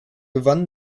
gewann